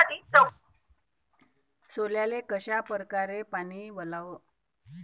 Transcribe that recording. सोल्याले कशा परकारे पानी वलाव?